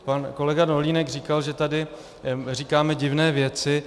Pan kolega Dolínek říkal, že tady říkáme divné věci.